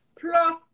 plus